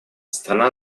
страна